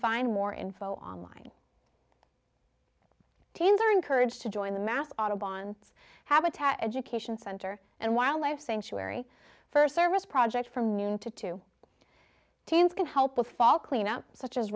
find more info online teens are encouraged to join the mass autobahns habitat education center and wildlife sanctuary for service projects from noon to two teams can help the fall cleanup such as